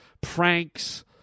pranks